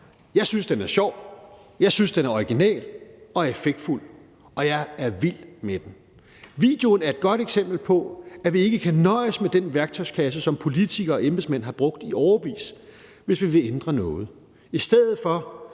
Jeg synes, den er sjov. Jeg synes, den er original og effektfuld, og jeg er vild med den. Videoen er et godt eksempel på, at vi ikke kan nøjes med den værktøjskasse, som politikere og embedsmænd har brugt i årevis, hvis vi vil ændre noget.